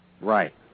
Right